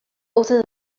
also